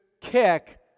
kick